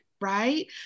right